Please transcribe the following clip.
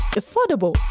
affordable